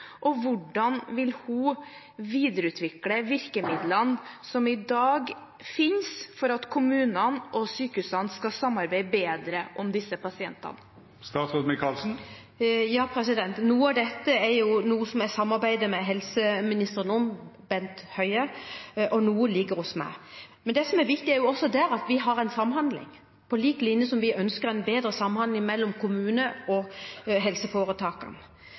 og hvordan vil hun videreutvikle virkemidlene som i dag finnes, for at kommunene og sykehusene skal kunne samarbeide bedre om disse pasientene? Noe av dette samarbeider jeg med helse- og omsorgsminister Bent Høie om, og noe ligger hos meg. Men det som er viktig også på dette området, er at vi har en samhandling, på samme måte som at vi ønsker en bedre samhandling mellom kommunene og helseforetakene.